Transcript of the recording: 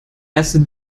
erste